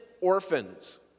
orphans